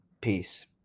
Peace